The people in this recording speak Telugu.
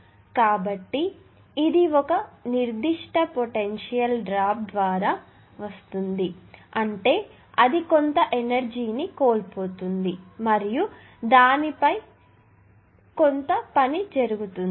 కాబట్టి ఇది ఒక నిర్దిష్ట పొటెన్షియల్ డ్రాప్ ద్వారా వస్తుంది అంటే అది కొంత ఎనర్జీ ని కోల్పోతుంది మరియు దానిపై కొంత పని జరుగుతోంది